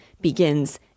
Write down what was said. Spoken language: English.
begins